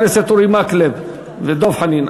חברי הכנסת אורי מקלב ודב חנין,